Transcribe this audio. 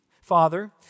Father